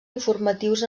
informatius